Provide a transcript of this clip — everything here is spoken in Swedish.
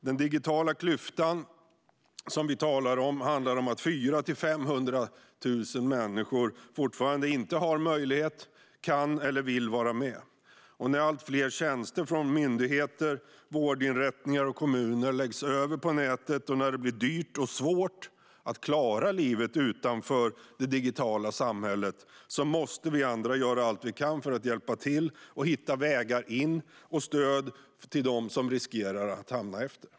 Den digitala klyfta som vi talar om handlar om att 400 000-500 000 människor fortfarande inte har möjlighet, kan eller vill vara med. När allt fler tjänster från myndigheter, vårdinrättningar och kommuner läggs över på nätet och när det blir dyrt och svårt att klara livet utanför det digitala samhället måste vi andra göra allt vi kan för att hjälpa till och hitta vägar in och stöd till dem som riskerar att hamna efter.